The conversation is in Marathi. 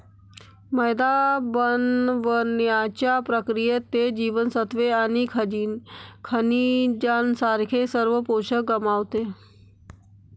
मैदा बनवण्याच्या प्रक्रियेत, ते जीवनसत्त्वे आणि खनिजांसारखे सर्व पोषक गमावते